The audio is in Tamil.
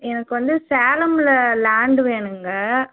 எனக்கு வந்து சேலமில் லேண்டு வேணுங்க